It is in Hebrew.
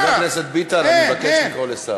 חבר הכנסת ביטן, אני מבקש לקרוא לשר.